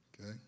Okay